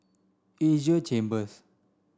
Asia Chambers